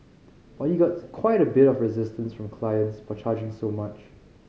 but you got quite a bit of resistance from clients for charging so much